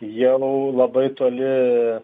jau labai toli